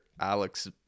Alex